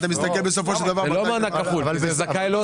זה זכאי או לא